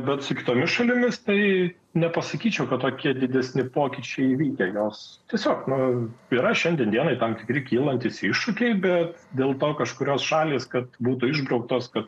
bet su kitomis šalimis tai nepasakyčiau kad tokie didesni pokyčiai įvykę jos tiesiog man yra šiandien dienai tankai ir kylantys iššūkiai bet dėl to kažkurios šalys kad būtų išbrauktas kad